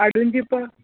हाडून दिवपाक